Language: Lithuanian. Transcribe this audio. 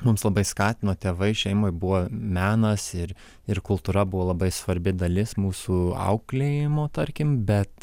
mums labai skatino tėvai šeimoj buvo menas ir ir kultūra buvo labai svarbi dalis mūsų auklėjimo tarkim bet